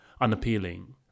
unappealing